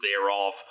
thereof